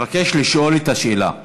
אבקש לשאול את השאלה.